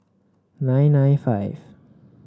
nine nine five